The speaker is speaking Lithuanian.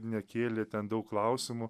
nekėlė ten daug klausimų